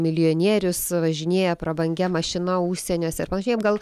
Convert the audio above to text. milijonierius važinėja prabangia mašina užsieniuose ar panašiai jam gal